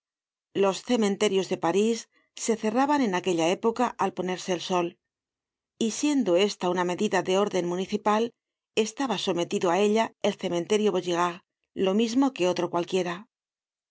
los cementerios de parís se cerraban en aquella época al ponerse el sol y siendo esta una medida de órden municipal estaba sometido á ella el cementerio vaugirard lo mismo que otro cualquiera